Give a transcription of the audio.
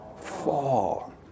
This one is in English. Fall